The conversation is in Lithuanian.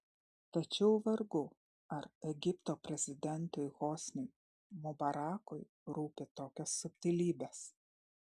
tačiau vargu ar egipto prezidentui hosniui mubarakui rūpi tokios subtilybės